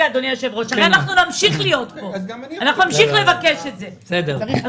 אנחנו נמשיך להיות פה, אנחנו נמשיך לבקש את זה, אז